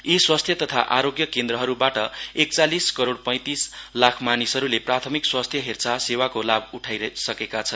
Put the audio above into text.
यी स्वास्थ्य तथा आरोग्य केन्द्रहरूबाट एकचालीस करोड़ पैतीस लाख मानिसहरूले प्राथमिक स्वास्थ्य सेवाको लाभ उठाइसकेका छन्